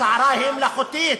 הסערה היא מלאכותית,